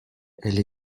elle